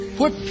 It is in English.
put